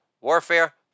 warfare